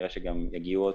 כנראה שגם יגיעו עוד,